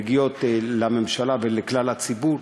מגיעות לממשלה ולכלל הציבור,